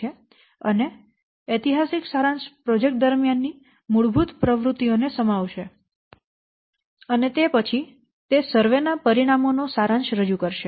તે એતિહાસિક સારાંશ પ્રોજેક્ટ દરમિયાન ની મૂળભૂત પ્રવૃત્તિઓ ને સમાવશે અને પછી તે સર્વે ના પરિણામો નો સારાંશ રજૂ કરશે